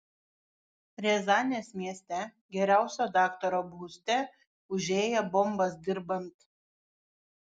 riazanės mieste geriausio daktaro būste užėję bombas dirbant